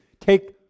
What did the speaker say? take